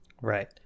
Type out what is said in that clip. Right